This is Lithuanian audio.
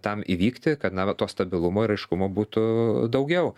tam įvykti kad na va to stabilumo ir aiškumo būtų daugiau